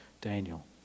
Daniel